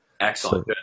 Excellent